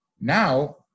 Now